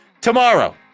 tomorrow